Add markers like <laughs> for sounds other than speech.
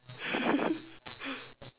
<laughs>